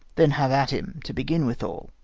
then have at him, to begin withal.